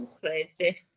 crazy